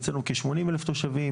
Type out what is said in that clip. אצלנו כשמונים אלף תושבים,